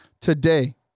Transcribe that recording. today